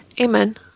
Amen